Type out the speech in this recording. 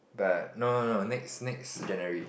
but no no no next next January